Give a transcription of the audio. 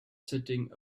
sitting